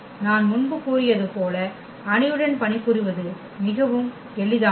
நான் முன்பு கூறியது போல அணியுடன் பணிபுரிவது மிகவும் எளிதானது